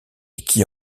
qui